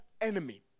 enemy